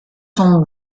sont